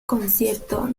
concierto